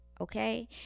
okay